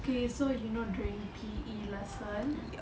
okay so you know during P_E lesson